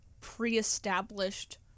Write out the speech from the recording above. pre-established